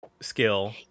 skill